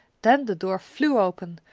then the door flew open,